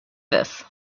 this